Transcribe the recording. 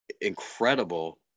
incredible